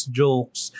jokes